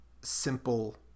simple